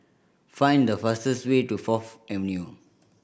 find the fastest way to Fourth Avenue